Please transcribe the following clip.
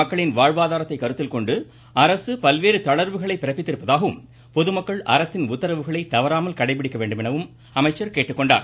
மக்களின் வாழ்வாதாரத்தை கருத்தில் கொண்டு அரசு பல்வேறு தளர்வுகளை பிறப்பித்திருப்பதாகவும் பொதுமக்கள் அரசின் உத்தரவுகளை தவறாமல் கடைபிடிக்க வேண்டும் எனவும் அவர் கேட்டுக்கொண்டார்